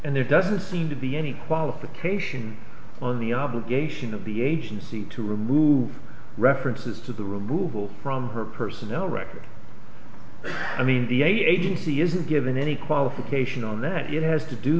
and there doesn't seem to be any qualification on the obligation of the agency to remove references to the removal from her personnel records i mean the agency isn't given any qualification on that it has to do